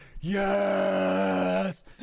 yes